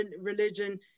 religion